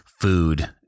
food